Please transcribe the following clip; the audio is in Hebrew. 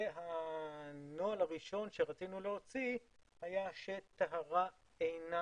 והנוהל הראשון שרצינו להוציא היה שטהרה אינה